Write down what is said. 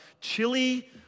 chili